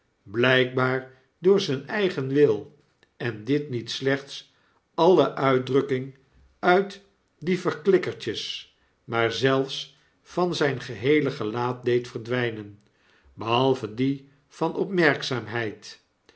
blijkbaar door zijn eigen wil en dit niet slechts alle uitdrukking uit die verklikkertjes maar zelfs van zijn geheele gelaat deed verdwijnen behalve die van